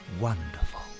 wonderful